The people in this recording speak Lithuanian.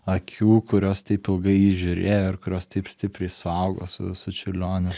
akių kurios taip ilgai į jį žiūrėjo ir kurios taip stipriai suaugo su su čiurlioniu